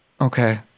Okay